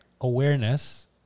awareness